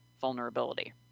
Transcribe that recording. vulnerability